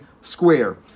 square